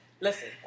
Listen